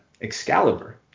Excalibur